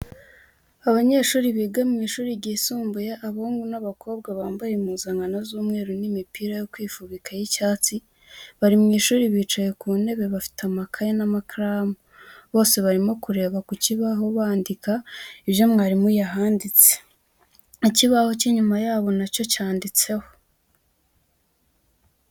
Abanyeshuri biga w'ishuri ryisumbuye abahungu n'abakobwa bambaye impuzankano z'umweru n'imipira yo kwifubika y'icyatsi bari mw'ishuri bicaye ku ntebe bafite amakaye n'amakaramu bose barimo kureba ku kibaho bandika ibyo mwarimu yahanditse, ikibaho cy'inyuma yabo nacyo cyanditseho.